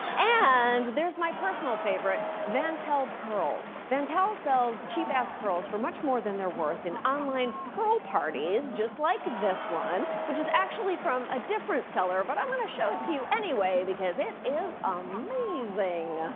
and there's my personal favorite, vantel pearls. vantel sells cheap ass pearls for much more than they're worth in online pearl parties just like this one, which is actually from a different seller. but i'm going to show it to you anyway because it is amazing.